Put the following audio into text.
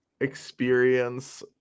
experience